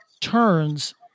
turns